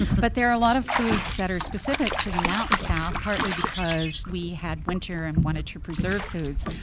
but there are a lot of foods that are specific to the mountain south, partly because we had winter and wanted to preserve foods.